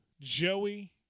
Joey